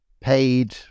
paid